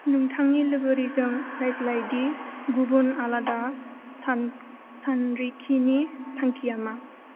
नोंथांनि लोगोरिजों रायज्लायदि गुबुन आलादा सान सानरिखिनि थांखिया मा